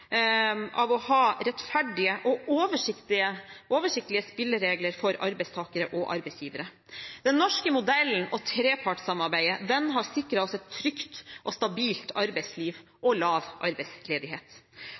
av å ha rettferdige og oversiktlige spilleregler for arbeidstakere og arbeidsgivere. Den norske modellen og trepartssamarbeidet har sikret oss et trygt og stabilt arbeidsliv